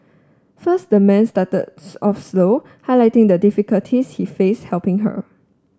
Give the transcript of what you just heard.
first the man started off slow highlighting the difficulties he faced helping her